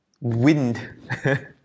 wind